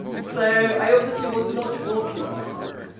so i obviously was not walking my talk,